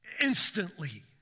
instantly